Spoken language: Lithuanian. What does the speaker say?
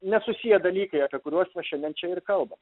nesusiję dalykai apie kuriuos mes šiandien čia ir kalbam